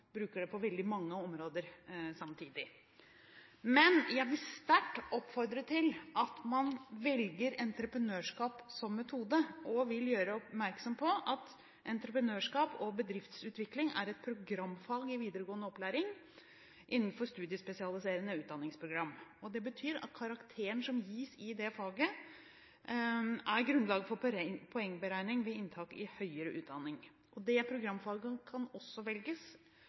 bruker dem på veldig mange områder samtidig. Men jeg vil sterkt oppfordre til at man velger entreprenørskap som metode, og jeg vil gjøre oppmerksom på at entreprenørskap og bedriftsutvikling er et programfag i videregående opplæring innenfor studiespesialiserende utdanningsprogram. Det betyr at karakteren som gis i det faget, er grunnlag for poengberegning ved opptak til høyere utdanning. Det programfaget kan også velges